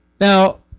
Now